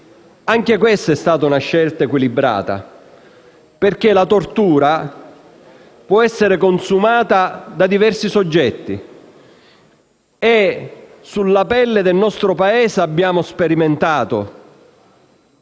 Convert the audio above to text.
Anche questa è stata una scelta equilibrata, perché la tortura può essere consumata da diversi soggetti. Sulla pelle del nostro Paese abbiamo sperimentato